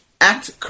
act